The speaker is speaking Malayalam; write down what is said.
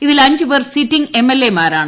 ഇതിൽ അഞ്ചുപേർ സിറ്റിംഗ് എം എൽ എ മാരാണ്